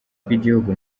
bw’igihugu